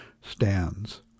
stands